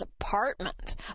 apartment